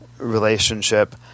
relationship